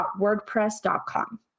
WordPress.com